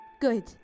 Good